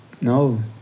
no